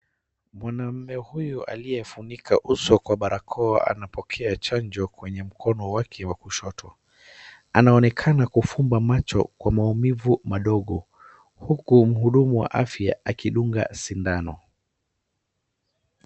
Mwanaume huyu aliyefunika uso kwa barakoa anapokea chanjo kwenye mkono wake wa kushoto. Anaonekana kufumba macho kwa maumivu madogo huku mhudumu wa afya akidunga sindano.